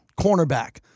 cornerback